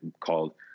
called